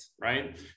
right